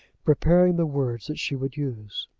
preparing the words that she would use.